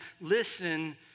listen